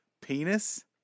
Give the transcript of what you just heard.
Penis